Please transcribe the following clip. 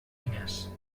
diners